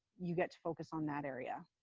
you get to focus on that area.